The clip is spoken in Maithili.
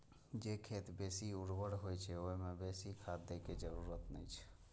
जे खेत बेसी उर्वर होइ छै, ओइ मे बेसी खाद दै के जरूरत नै छै